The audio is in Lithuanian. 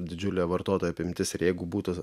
didžiulė vartotojų apimtis ir jeigu būtų